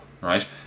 right